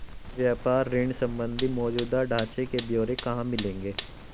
व्यापार ऋण संबंधी मौजूदा ढांचे के ब्यौरे कहाँ मिलेंगे?